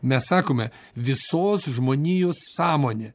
mes sakome visos žmonijos sąmonė